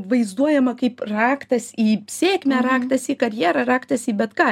vaizduojama kaip raktas į sėkmę raktas į karjerą raktas į bet ką